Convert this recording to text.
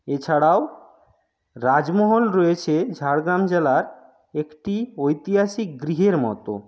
এছাড়াও রাজমহল রয়েছে ঝাড়গ্রাম জেলার একটি ঐতিহাসিক গৃহের মতো